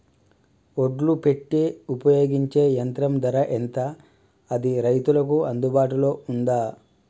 ఒడ్లు పెట్టే ఉపయోగించే యంత్రం ధర ఎంత అది రైతులకు అందుబాటులో ఉందా?